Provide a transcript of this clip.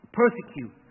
persecute